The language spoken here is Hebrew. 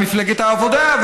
מפלגת העבודה לא?